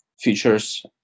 features